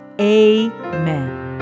Amen